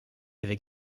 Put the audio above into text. avec